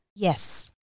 Yes